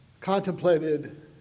contemplated